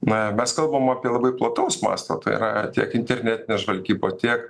na mes kalbam apie labai plataus masto tai yra tiek internetinė žvalgyba tiek